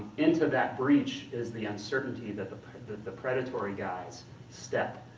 into that breach is the uncertainty that the that the predatory guys step,